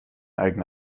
eigene